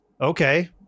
okay